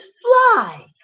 fly